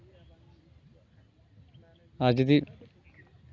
ᱟᱨ ᱡᱩᱫᱤ